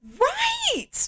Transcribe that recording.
Right